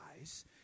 eyes